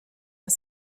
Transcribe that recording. are